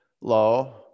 low